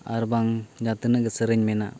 ᱟᱨ ᱵᱟᱝ ᱡᱟᱦᱟᱸ ᱛᱤᱱᱟᱹᱜ ᱜᱮ ᱥᱮᱨᱮᱧ ᱢᱮᱱᱟᱜ